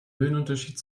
höhenunterschied